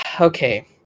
Okay